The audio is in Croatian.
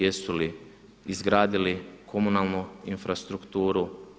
Jesu li izgradili komunalnu infrastrukturu?